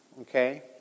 Okay